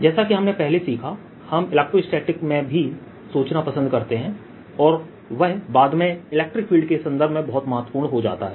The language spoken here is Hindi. जैसा कि हमने पहले सीखा हम इलेक्ट्रोस्टैटिक्स में भी सोचना पसंद करते हैं और वह बाद में इलेक्ट्रिक फील्ड के संदर्भ में बहुत महत्वपूर्ण हो जाता है